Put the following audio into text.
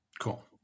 Cool